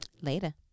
Later